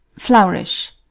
flourish.